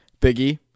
Biggie